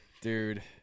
Dude